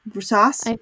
Sauce